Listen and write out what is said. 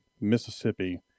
Mississippi